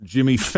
Jimmy